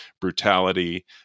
brutality